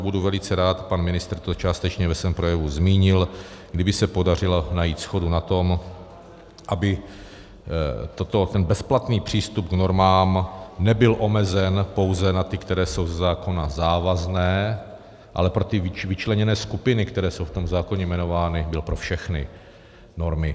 Budu velice rád, pan ministr to částečně ve svém projevu zmínil, kdyby se podařilo najít shodu na tom, aby tento bezplatný přístup k normám nebyl omezen pouze na ty, které jsou ze zákona závazné, ale pro ty vyčleněné skupiny, které jsou v zákoně jmenovány, byl pro všechny normy.